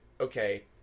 okay